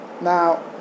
Now